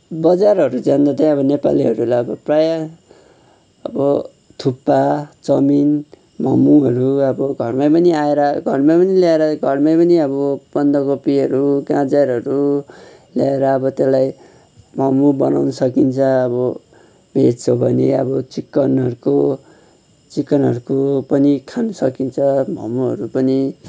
बजारहरू जाँदा चाहिँ अब नेपालीहरूलाई प्रायः अब थुक्पा चाउमिन मोमोहरू अब घरमै पनि आएर घरमै पनि ल्याएर घरमै पनि अब बन्द कोपिहरू गाजरहरू ल्याएर अब त्यसलाई मोमो बनाउन सकिन्छ अब भेज हो भने अब चिकनहरूको चिकनहरूको पनि खान सकिन्छ मोमोहरू पनि